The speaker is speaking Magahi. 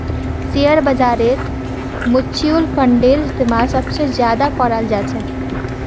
शेयर बाजारत मुच्युल फंडेर इस्तेमाल सबसे ज्यादा कराल जा छे